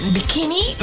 Bikini